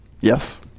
Yes